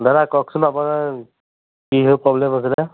দাদা কওকচোন আপোনাৰ কিনো প্ৰব্লেম হৈছিলে